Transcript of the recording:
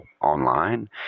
online